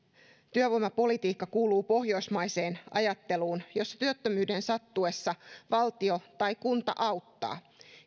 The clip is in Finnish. työvoimapolitiikka kuuluu pohjoismaiseen ajatteluun jossa työttömyyden sattuessa valtio tai kunta auttaa